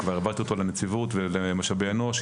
כבר העברתי אותו לנציבות ולמשאבי אנוש.